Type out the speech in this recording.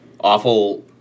awful